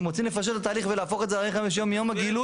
אם רוצים לפשט את התהליך ולהפוך את זה ל-45 יום מיום הגילוי,